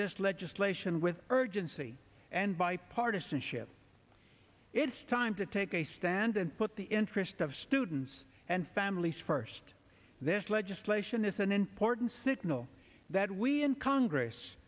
this legislation with urgency and bipartisanship it's time to take a stand and put the interest of students and families first this legislation is an important signal that we in congress